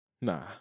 Nah